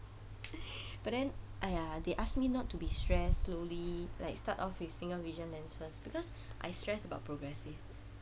but then !aiya! they asked me not to be stressed slowly like start off with single vision lens first because I stressed about progressing